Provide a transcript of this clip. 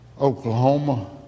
Oklahoma